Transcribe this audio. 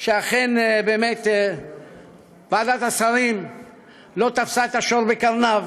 שאכן באמת ועדת השרים לא תפסה את השור בקרניו